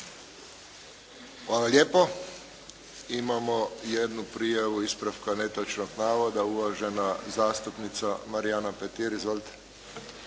Hvala lijepo. Imamo jednu prijavu ispravka netočnog navoda. Uvažena zastupnica Marijana Petir. Izvolite.